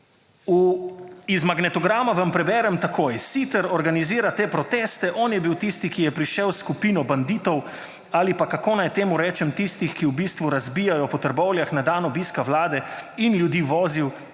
iz magnetograma vam preberem takoj – »Siter organizira te proteste. On je bil tisti, ki je prišel s skupino banditov ali pa kako naj temu rečem, tistih, ki v bistvu razbijajo po Trbovljah na dan obiska vlade, in ljudi vozil